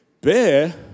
bear